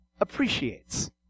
appreciates